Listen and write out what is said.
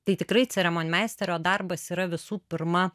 tai tikrai ceremonmeisterio darbas yra visų pirma